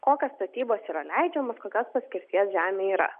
o kad statybos yra leidžiama kokios paskirties žemė yra